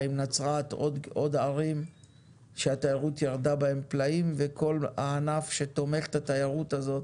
נצרת ועוד ערים שהתיירות ירדה בהם פלאים וכל הענף שתומך בתיירות הזאת